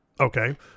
Okay